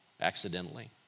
accidentally